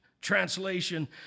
translation